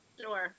sure